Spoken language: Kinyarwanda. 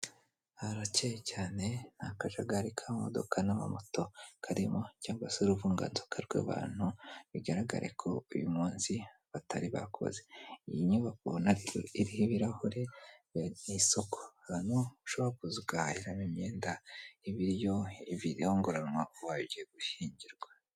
Harakeye cyane nta kajagari k'amodoka n'amamoto karimo cyangwa se uruvunganzoka rw'abantu bigaragare ko uyu munsi batari bakoze. Iyi nyubako ubona iriho ibirahure ni isoko. Ni ahantu ushobora kuza ugahahiramo imyenda, ibiryo, ibirongoranwa ubaye ugiye gushyingirwa.